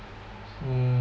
mm